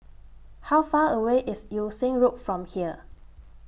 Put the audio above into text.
How Far away IS Yew Siang Road from here